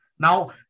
Now